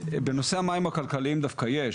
בנושא המים הכלכליים דווקא יש,